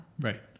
Right